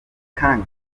kandi